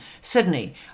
Sydney